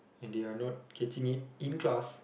and they are not catching it in class